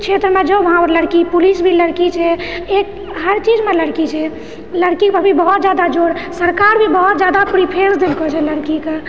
क्षेत्रमे जाउ वहाँ लड़की पुलिस भी लड़की छै हरचीजमे लड़की छेै लड़की पर अभी बहुत जादा जोर सरकार भी बहुत जादा प्रिफ्रेन्स देलको छै लड़कीके